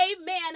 amen